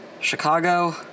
Chicago